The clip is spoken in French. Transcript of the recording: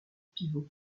pivot